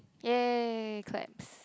yay claps